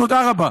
תודה רבה.